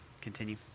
continue